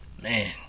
Man